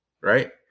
Right